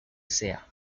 sea